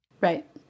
Right